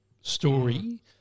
story